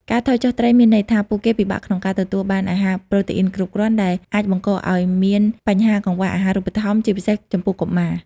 ការថយចុះត្រីមានន័យថា ពួកគេពិបាកក្នុងការទទួលបានអាហារប្រូតេអ៊ីនគ្រប់គ្រាន់ ដែលអាចបង្កឱ្យមានបញ្ហាកង្វះអាហារូបត្ថម្ភ ជាពិសេសចំពោះកុមារ។